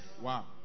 Wow